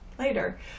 Later